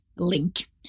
link